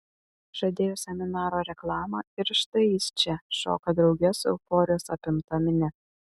žadėjo seminaro reklama ir štai jis čia šoka drauge su euforijos apimta minia